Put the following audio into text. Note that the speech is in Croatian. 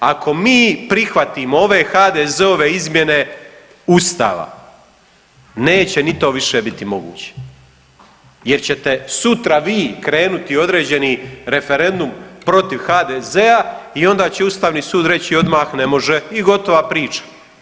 Ako mi prihvatimo ove HDZ-ove izmjene Ustava, neće ni to više biti moguće jer ćete sutra vi krenuti određeni referendum protiv HDZ-a i onda će Ustavni sud reći odmah ne može, i gotova priča.